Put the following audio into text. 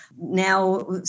now